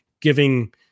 giving